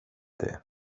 det